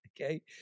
Okay